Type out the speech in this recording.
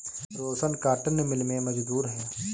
रोशन cotton mill में मजदूर है